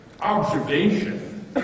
observation